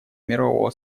мирового